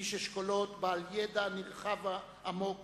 איש אשכולות בעל ידע נרחב ועמוק